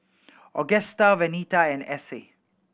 Augusta Venita and Essie